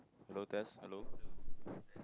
hello test hello